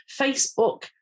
Facebook